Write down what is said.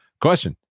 Question